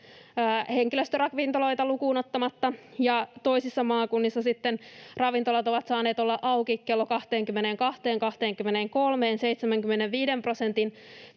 henkilöstöravintoloita lukuun ottamatta ja toisissa maakunnissa sitten ravintolat ovat saaneet olla auki kello 22:een, 23:een 75 prosentin